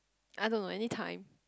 I don't know anytime